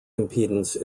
impedance